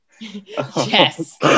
Yes